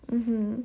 mmhmm